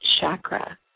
chakra